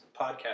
podcast